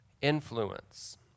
influence